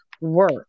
work